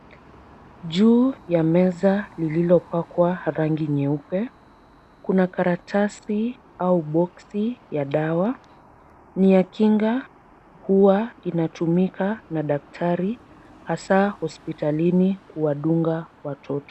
Juu ya meza lililopakwa rangi nyeupe, kuna karatasi au boksi ya dawa. Ni ya kinga kuwa inatumika na daktari hasa hospitalini kuwadunga watoto.